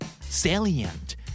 Salient